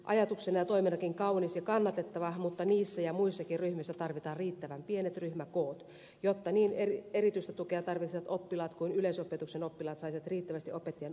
ajatuksena ja toimenakin kaunis ja kannatettava mutta niissä ja muissakin ryhmissä tarvitaan riittävän pienet ryhmäkoot jotta niin erityistä tukea tarvitsevat oppilaat kuin yleisopetuksen oppilaatkin saisivat riittävästi opettajan ohjausta ja apua